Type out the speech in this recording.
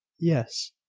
yes.